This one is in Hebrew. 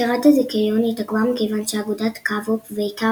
מכירת הזיכיון התעכבה מכיוון שאגודת קו-אופ ואיקאה